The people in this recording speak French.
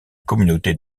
communauté